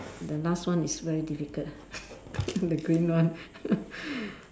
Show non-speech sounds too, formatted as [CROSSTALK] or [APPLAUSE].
the last one is very difficult [LAUGHS] the green one [LAUGHS]